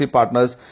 Partners